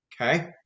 Okay